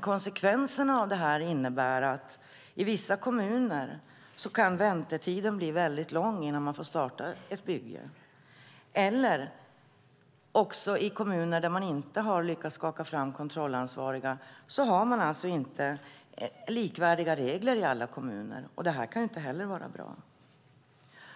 Konsekvenserna av detta innebär att i vissa kommuner kan väntetiden bli lång innan man får starta ett bygge. I andra kommuner har man inte lyckats skaka fram kontrollansvariga, och därför blir inte reglerna likvärdiga i alla kommuner. Det kan inte heller vara bra.